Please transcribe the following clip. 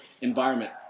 environment